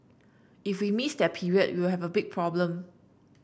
if we miss that period we will have a big problem